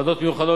מחר,